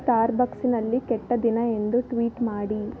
ಸ್ಟಾರ್ಬಕ್ಸ್ನಲ್ಲಿ ಕೆಟ್ಟ ದಿನ ಎಂದು ಟ್ವೀಟ್ ಮಾಡಿ